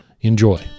Enjoy